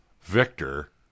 Victor